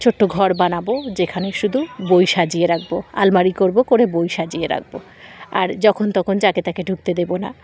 ছোট্টো ঘর বানাবো যেখানে শুধু বই সাজিয়ে রাখবো আলমারি করবো করে বই সাজিয়ে রাখবো আর যখন তখন যাকে তাকে ঢুকতে দেবো না